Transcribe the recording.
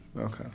Okay